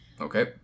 Okay